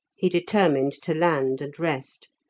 he determined to land and rest,